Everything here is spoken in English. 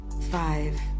Five